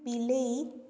ବିଲେଇ